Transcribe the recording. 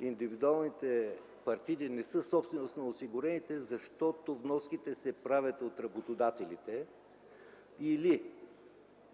индивидуалните партиди не са собственост на осигурените, защото вноските се правят от работодателите, или